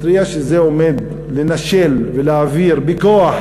הוא מתריע שזה עומד לנשל ולהעביר בכוח